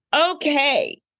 Okay